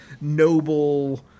noble